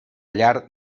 llar